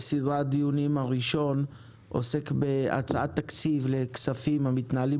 הדיון הראשון עוסק בהצעת תקציב לכספים המתנהלים